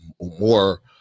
more